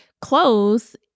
clothes